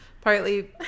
partly